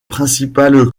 principales